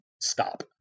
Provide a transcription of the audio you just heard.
stop